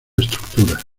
estructura